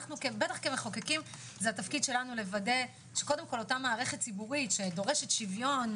כמחוקקים התפקיד שלנו לוודא שאותה מערכת ציבורית שדורשת שוויון,